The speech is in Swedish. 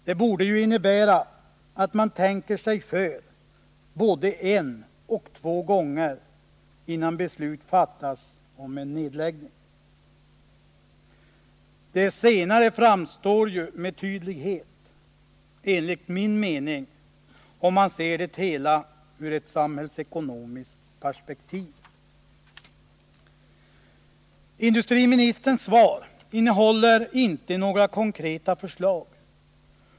Det borde innebära att man tänker sig för både en och två gånger innan beslut fattas om en nedläggning. Enligt min mening framstår detta med tydlighet, om man ser det hela i ett samhällsekonomiskt perspektiv. Industriministerns svar innehåller inte några konkreta förslag.